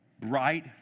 bright